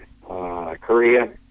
Korea